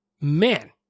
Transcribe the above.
man